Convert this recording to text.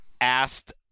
asked